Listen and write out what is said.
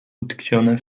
utkwione